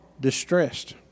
distressed